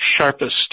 sharpest